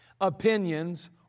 opinions